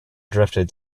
drifted